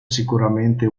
sicuramente